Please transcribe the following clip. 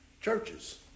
Churches